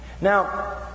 Now